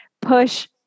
push